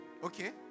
Okay